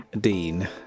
Dean